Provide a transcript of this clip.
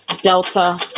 Delta